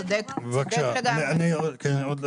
עכשיו,